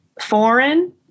foreign